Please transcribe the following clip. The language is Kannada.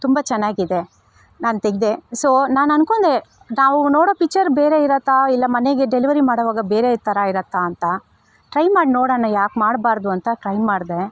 ತುಂಬ ಚೆನ್ನಾಗಿದೆ ನಾನು ತೆಗೆದೆ ಸೋ ನಾನು ಅನ್ಕೊಂಡೆ ನಾವು ನೋಡೋ ಪಿಚ್ಚರ್ ಬೇರೆ ಇರುತ್ತಾ ಇಲ್ಲ ಮನೆಗೆ ಡೆಲ್ವರಿ ಮಾಡೋವಾಗ ಬೇರೆ ಥರ ಇರುತ್ತಾ ಅಂತ ಟ್ರೈ ಮಾಡಿ ನೋಡೋಣ ಯಾಕೆ ಮಾಡಬಾರ್ದು ಅಂತ ಟ್ರೈ ಮಾಡಿದೆ